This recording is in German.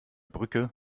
brücke